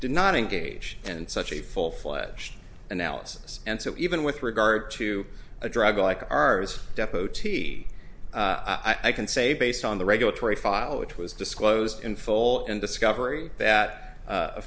did not engage in such a full fledged analysis and so even with regard to a drug like ours deputy i can say based on the regulatory file which was disclosed in full and discovery that